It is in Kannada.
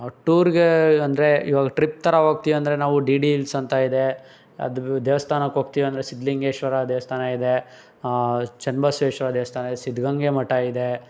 ಟೂರ್ಗೆ ಅಂದರೆ ಇವಾಗ ಟ್ರಿಪ್ ಥರ ಹೋಗ್ತಿವಂದರೆ ನಾವು ಡಿ ಡಿ ಇಲ್ಸ್ ಅಂತ ಇದೆ ಅದು ದೇವ್ಸ್ಥಾನಕ್ಕೆ ಹೋಗ್ತೀವಿ ಅಂದರೆ ಸಿದ್ದಲಿಂಗೇಶ್ವರ ದೇವಸ್ಥಾನ ಇದೆ ಚೆನ್ನಬಸ್ವೇಶ್ವರ ದೇವಸ್ಥಾನ ಇದೆ ಸಿದ್ಧಗಂಗೆ ಮಠ ಇದೆ